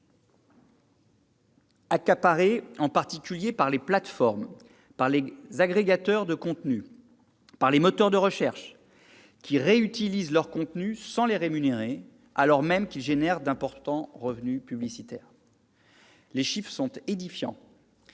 d'autres, en particulier par les plateformes, par les agrégateurs de contenus et par les moteurs de recherche, qui réutilisent leurs contenus sans les rémunérer, alors même qu'ils génèrent d'importants revenus publicitaires. Les chiffres sont édifiants